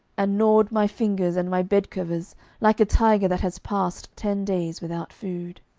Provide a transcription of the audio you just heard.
and gnawed my fingers and my bedcovers like a tiger that has passed ten days without food.